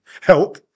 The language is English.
help